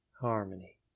harmony